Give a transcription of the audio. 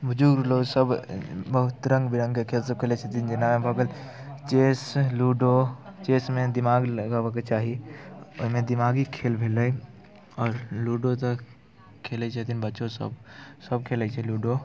बुजुर्ग लोकसभ बहुत रङ्ग बिरङ्गके खेलसभ खेलैत छथिन जेना भऽ गेल चेस लूडो चेसमे दिमाग लगाबयके चाही ओहिमे दिमागी खेल भेलै आओर लूडो तऽ खेलैत छथिन बच्चोसभ सभ खेलैत छै लूडो